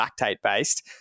lactate-based